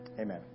Amen